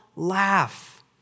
Laugh